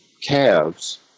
calves